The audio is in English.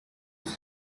blue